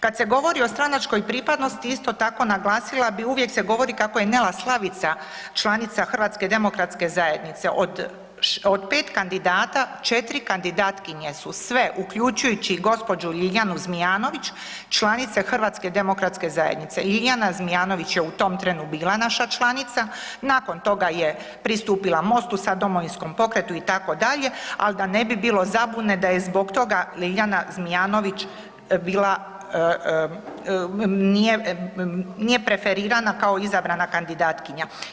Kad se govori o stranačkoj pripadnosti isto tako naglasila bi uvijek se govori kako je Nela Slavica članica HDZ-a, od 5 kandidata 4 kandidatkinje su sve, uključujući i gđu. Ljiljanu Zmijanović članice HDZ-a i Ljiljana Zmijanović je u tom trenu bila naša članica, nakon toga je pristupila MOST-u, sad Domovinskom pokretu itd., al da ne bi bilo zabune da je zbog toga Ljiljana Zmijanović bila, nije, nije preferirana kao izabrana kandidatkinja.